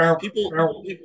people